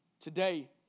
Today